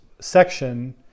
section